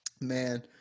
man